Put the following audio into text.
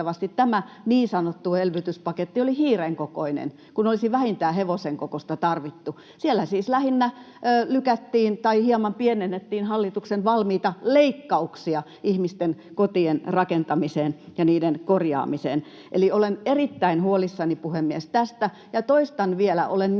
tämä niin sanottu elvytyspaketti oli hiiren kokoinen, kun olisi vähintään hevosen kokoista tarvittu. Siellä siis lähinnä lykättiin tai hieman pienennettiin hallituksen valmiita leikkauksia ihmisten kotien rakentamiseen ja niiden korjaamiseen. Eli olen erittäin huolissani, puhemies, tästä, ja toistan vielä: olen huolissani